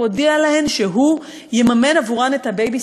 שהוא יממן עבורן את הבייביסיטר,